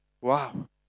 Wow